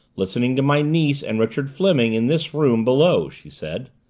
listening to my niece and richard fleming in this room below, she said.